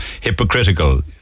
hypocritical